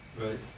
right